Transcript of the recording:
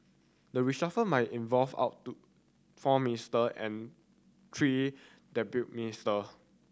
the reshuffle might involve out to four minister and three deputy minister